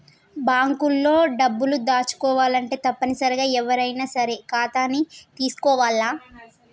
bank లో డబ్బులు దాచుకోవాలంటే తప్పనిసరిగా ఎవ్వరైనా సరే ఖాతాని తీసుకోవాల్ల